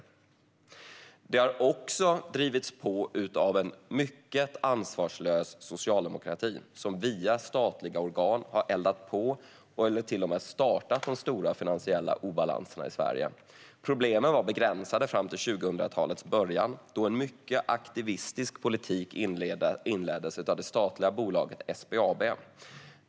Detta har också drivits på av en mycket ansvarslös socialdemokrati, som via statliga organ har eldat på eller till och med startat de stora finansiella obalanserna i Sverige. Problemen var begränsade fram till 2000-talets början, då en mycket aktivistisk politik inleddes av det statliga bolaget SBAB.